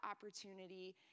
opportunity